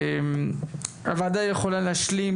הוועדה לא יכולה להשלים